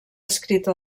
escrita